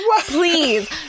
please